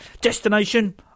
Destination